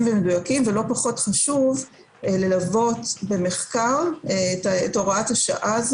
ומדויקים ולא פחות חשוב ללוות במחקר את הוראת השעה,